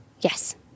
yes